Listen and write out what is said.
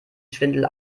schwindel